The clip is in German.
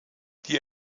die